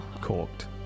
Corked